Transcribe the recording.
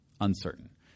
uncertain